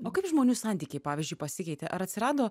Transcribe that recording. o kaip žmonių santykiai pavyzdžiui pasikeitė ar atsirado